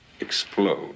explode